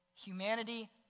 Humanity